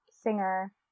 singer